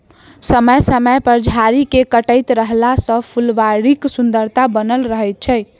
समय समय पर झाड़ी के काटैत रहला सॅ फूलबाड़ीक सुन्दरता बनल रहैत छै